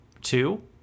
Two